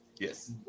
Yes